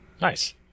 Nice